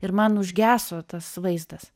ir man užgeso tas vaizdas